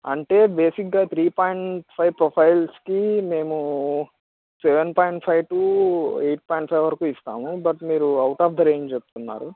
అంటే బేసిక్గా three point five ప్రొఫైల్స్కి మేమూ seven point five to eight point five వరకూ ఇస్తాము బట్ మీరు అవుట్ ఆఫ్ ది రేంజ్ చెప్తున్నారు